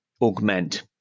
augment